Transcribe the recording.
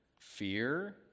fear